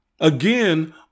Again